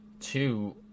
two